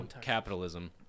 capitalism